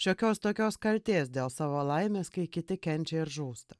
šiokios tokios kaltės dėl savo laimės kai kiti kenčia ir žūsta